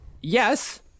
yes